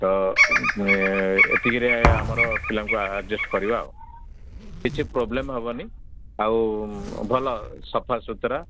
ତ ଏତିକିରେ ଆମର ପିଲାଙ୍କୁ ଆଡ଼ଜଷ୍ଟ କରିବା ଆଉ କିଛି ପ୍ରୋବ୍ଲେମ୍ ହବନି ଆଉ ଭଲ ସଫା ସୁୁତୁରା